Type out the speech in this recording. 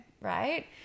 right